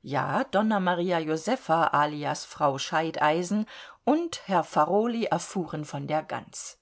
ja donna maria josefa alias frau scheideisen und herr farolyi erfuhren von der gans